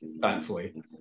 thankfully